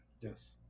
Yes